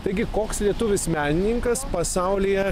taigi koks lietuvis menininkas pasaulyje